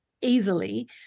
easily